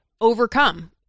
overcome